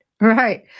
right